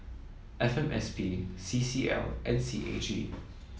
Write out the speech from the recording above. F M S P C C L and C A G